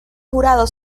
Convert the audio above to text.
jurado